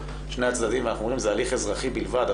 ואנחנו אומרים שזה הליך אזרחי בלבד,